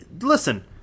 Listen